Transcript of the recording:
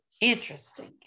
interesting